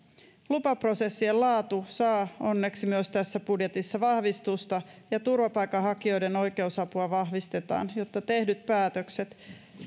lupaprosessien laatu saa onneksi myös tässä budjetissa vahvistusta ja turvapaikanhakijoiden oikeusapua vahvistetaan jotta tehdyt päätökset